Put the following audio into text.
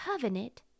covenant